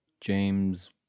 James